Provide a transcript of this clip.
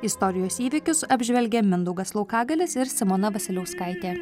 istorijos įvykius apžvelgė mindaugas laukagalis ir simona vasiliauskaitė